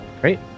Great